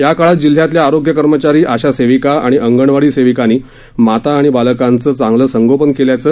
या काळात जिल्ह्यातल्या आरोग्य कर्मचारी आशा सेविका आणि अंगणवाडी सेविकांनी माता आणि बालकांचं चांगलं संगोपन केल्याचं